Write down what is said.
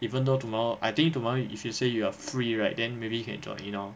even though tomorrow I think tomorrow if you say you are free right then maybe you can join in lor